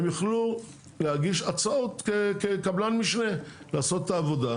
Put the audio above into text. הם יוכלו להגיש הצעות כקבלן משנה לעשות את העבודה.